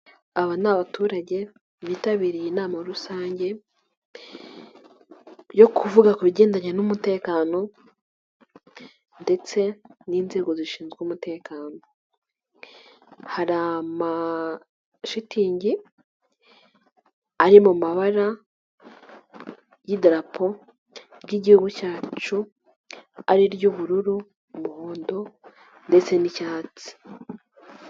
Aba ni abaturage bitabiriye inama rusange yo kuvuga ku bigendanye n'umutekano ndetse n'inzego zishinzwe umutekano, hari amashitingi ari mu mabara y'idarapo ry'Igihugu cyacu, ari iry'ubururu, umuhondo ndetse n'icyatsi.